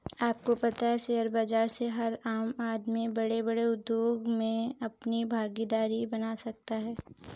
आपको पता है शेयर बाज़ार से हर आम आदमी बडे़ बडे़ उद्योग मे अपनी भागिदारी बना सकता है?